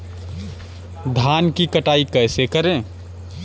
धान की कटाई कैसे करें?